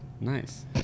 nice